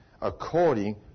according